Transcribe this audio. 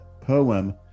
poem